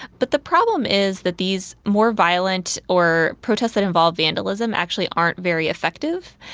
but the problem is that these more violent or protests that involve vandalism actually aren't very effective.